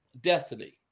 destiny